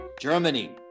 germany